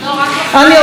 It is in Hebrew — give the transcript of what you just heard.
זה הרי ציני,